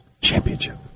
Championship